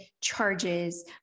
charges